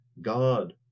God